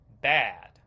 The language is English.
bad